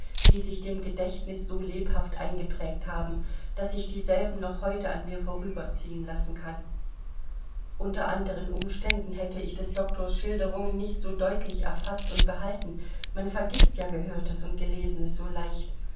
die sich dem gedächtnis so lebhaft eingeprägt haben daß ich dieselben noch heute an mir vorüberziehen lassen kann unter anderen umständen hätte ich des doktors schilderungen nicht so deutlich erfaßt und behalten man vergißt ja gehörtes und gelesenes so leicht